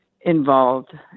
involved